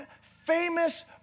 famous